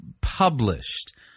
published